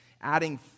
adding